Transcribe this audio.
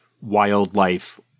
wildlife